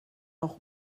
noch